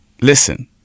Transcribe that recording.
Listen